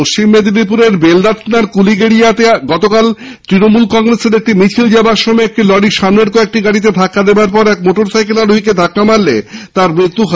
পশ্চিম মেদিনীপুরের বেলদা খানার কুলিগেড়িয়াতে গতকাল সকালে তৃণমূল কংগ্রেসের একটি মিছিল যাওয়ার সময় একটি লরি সামনের কয়েকটি গাড়িতে ধাক্কা দেবার পর এক মোটর সাইকেল আরোহীকে ধাক্কা মারলে তাঁর মৃত্যু হয়